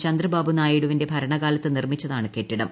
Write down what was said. ചന്ദ്രബാബു നായിഡുവിന്റെ ഭരണകാലത്ത് നിർമ്മിച്ചതാണ് കെട്ടിടം